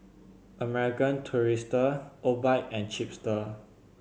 American Tourister Obike and Chipster